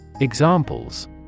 Examples